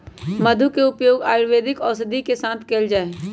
मधु के उपयोग आयुर्वेदिक औषधि के साथ कइल जाहई